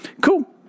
cool